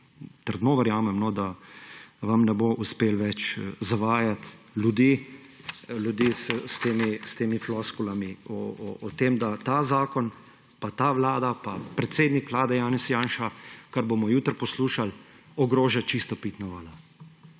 trdno verjamem, da vam ne bo uspelo več zavajati ljudi s temi floskulami o tem, da ta zakon pa ta vlada pa predsednik Vlade Janez Janša, kar bomo jutri poslušali, ogroža čisto pitno vodo.